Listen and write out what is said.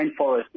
rainforest